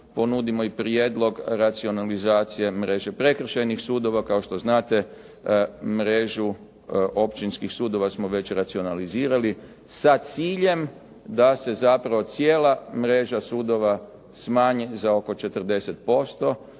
ponudimo i prijedlog racionalizacije mreže prekršajnih sudova. Kao što znate mrežu općinskih sudova smo već racionalizirali sa ciljem da se zapravo cijela mreža sudova smanji za oko 40%